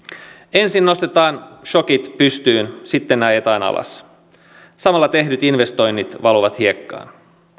ensin nostetaan shokit pystyyn sitten ajetaan alas samalla tehdyt investoinnit valuvat hiekkaan